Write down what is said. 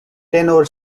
tenor